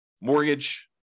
mortgage